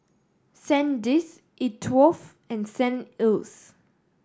Sandisk E Twow and St Ives